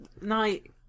Night